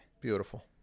Beautiful